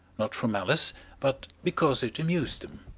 not from malice but because it amused them.